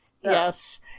Yes